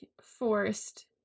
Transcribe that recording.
forced